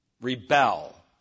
rebel